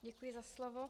Děkuji za slovo.